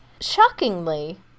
shockingly